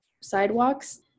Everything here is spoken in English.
sidewalks